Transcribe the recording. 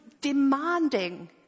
demanding